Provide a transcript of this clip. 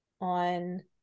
on